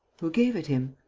who gave it him?